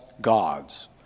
gods